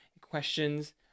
questions